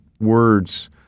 words